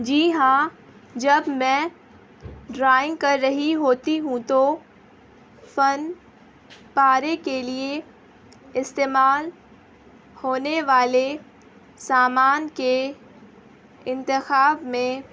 جی ہاں جب میں ڈرائنگ کر رہی ہوتی ہوں تو فن پارے کے لیے استعمال ہونے والے سامان کے انتخاب میں